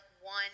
one